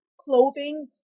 clothing